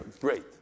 great